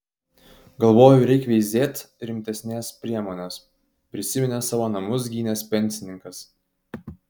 galvoju reik veizėt rimtesnės priemonės prisiminė savo namus gynęs pensininkas